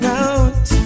out